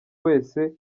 wese